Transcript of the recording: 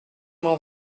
m’en